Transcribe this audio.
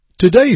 Today